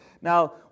Now